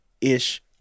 ish